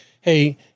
hey